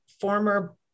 former